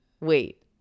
wait